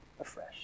afresh